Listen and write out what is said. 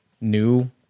new